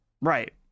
right